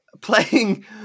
Playing